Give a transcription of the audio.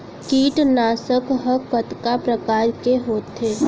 कीटनाशक ह कतका प्रकार के होथे?